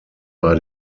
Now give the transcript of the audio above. bei